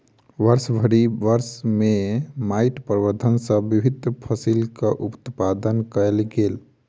वर्षभरि वर्ष में माइट प्रबंधन सॅ विभिन्न फसिलक उत्पादन कयल गेल